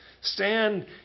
Stand